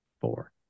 four